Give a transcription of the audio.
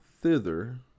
thither